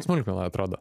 smulkmena atrodo